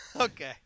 Okay